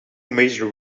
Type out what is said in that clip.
major